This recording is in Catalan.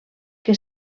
que